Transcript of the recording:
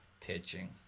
Pitching